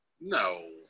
No